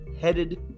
headed